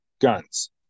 guns